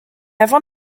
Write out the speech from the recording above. avant